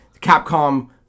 Capcom